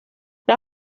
las